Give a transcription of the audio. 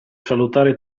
salutare